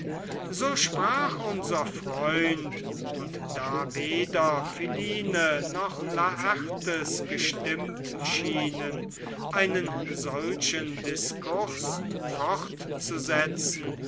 so sprach unser freund und da weder philine noch laertes gestimmt schienen einen solchen diskurs fortzusetzen